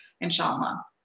inshallah